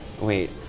Wait